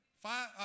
Five